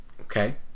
Okay